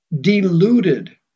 deluded